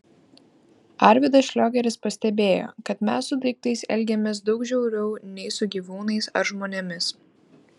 arvydas šliogeris pastebėjo kad mes su daiktais elgiamės daug žiauriau nei su gyvūnais ar žmonėmis